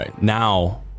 Now